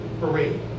parade